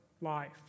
life